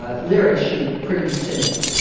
ah lyric sheet pretty soon.